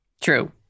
True